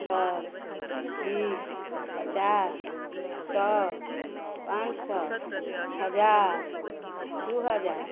दस बीस पचास सो पाँच सौ हज़ार दो हज़ार